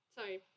Sorry